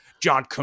John